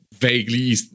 vaguely